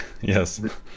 yes